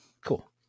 Cool